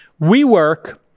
WeWork